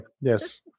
Yes